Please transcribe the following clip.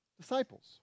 disciples